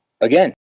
again